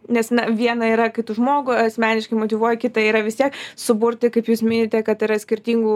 nes na viena yra kai tu žmogų asmeniškai motyvuoji kita yra vis tiek suburti kaip jūs minite kad yra skirtingų